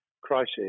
crisis